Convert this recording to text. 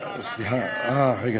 סליחה, רגע,